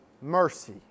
mercy